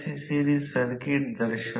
म्हणून या सर्व गोष्टी स्थिर राहतील